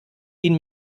ihn